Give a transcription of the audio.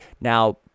Now